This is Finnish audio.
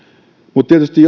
mutta tietysti